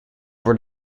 were